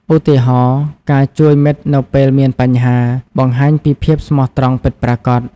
ឧទាហរណ៍ ការជួយមិត្តនៅពេលមានបញ្ហា បង្ហាញពីភាពស្មោះត្រង់ពិតប្រាកដ។